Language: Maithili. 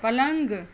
पलङ्ग